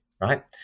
right